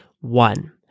One